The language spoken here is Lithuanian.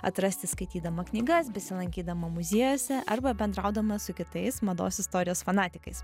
atrasti skaitydama knygas besilankydama muziejuose arba bendraudama su kitais mados istorijos fanatikais